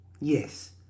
Yes